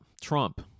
Trump